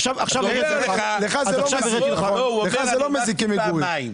לא, הוא אומר אני הרווחתי פעמיים.